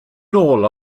nôl